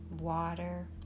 water